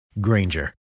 Granger